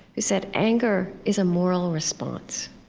said, anger is a moral response.